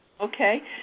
Okay